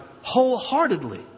wholeheartedly